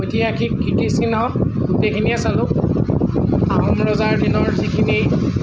ঐতিহাসিক কীৰ্তিচিহ্ন গোটেইখিনিয়ে চালোঁ আহোম ৰজাৰ দিনৰ যিখিনি